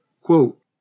quote